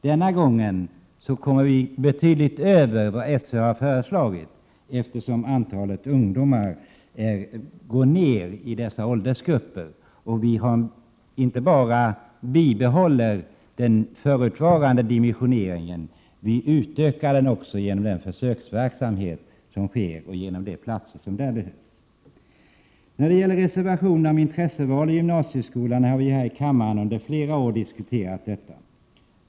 Denna gång kommer vi betydligt över vad SÖ har föreslagit, eftersom antalet ungdomar i de aktuella åldersgrupperna går ner och vi inte bara bibehåller den förutvarande dimensioneringen utan ökar den genom de platser som tillkommer i försöksverksamheten. Reservationerna om intresseval i gymnasieskolan handlar om sådant som vi under flera år har diskuterat här i kammaren.